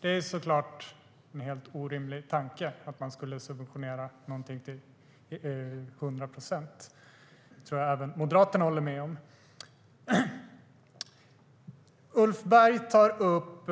Det är såklart en helt orimlig tanke att man skulle subventionera någonting till 100 procent; det tror jag att även Moderaterna håller med om. Ulf Berg tar upp